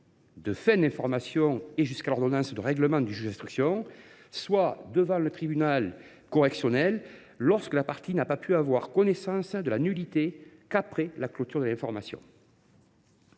de fin d’information et jusqu’à l’ordonnance de règlement du juge d’instruction ; soit devant le tribunal correctionnel, lorsque la partie n’a pu avoir connaissance de la nullité qu’après la clôture de l’information.